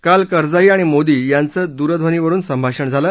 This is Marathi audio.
काल करझाई आणि मोदी यांचं दूरध्वनीवरुन संभाषण झालं